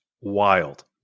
wild